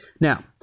Now